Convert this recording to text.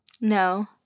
No